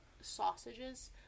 sausages